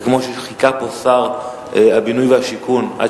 וכפי שחיכה כאן שר הבינוי והשיכון עד